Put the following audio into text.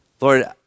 Lord